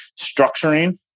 structuring